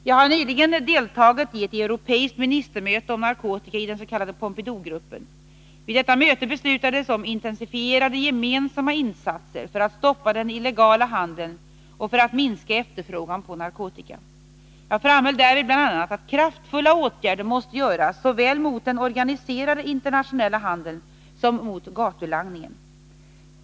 Jag har nyligen deltagit i ett stort europeiskt ministermöte om narkotika i den s.k. Pompidougruppen. Vid detta möte beslutades om intensifierade gemensamma insatser för att stoppa den illegala handeln och för att minska efterfrågan på narkotika. Jag framhöll därvid bl.a. att kraftfulla åtgärder måste vidtas såväl mot den organiserade internationella handeln som mot gatulangningen.